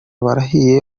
barahiye